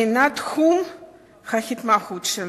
אינה תחום ההתמחות שלו.